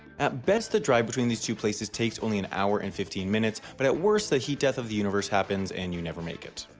at best the drive between these two places takes only an hour and fifteen minutes but at worst the heat death of the universe happens and you never make it.